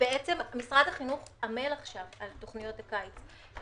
החינוך עמל עכשיו על תכניות הקיץ.